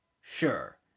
Sure